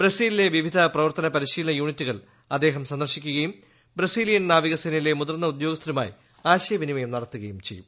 ബ്രസീലിലെ വിവിധ പ്രവർത്തന പരിശീലന യൂണിറ്റുകൾ അദ്ദേഹം സന്ദർശിക്കുകയും ബ്രസീലിയൻ നാവിക സേനയിലെ മുതിർന്ന ഉദ്യോഗസ്ഥരുമായി ആശയവിനിമയം നടത്തുകയും ചെയ്യും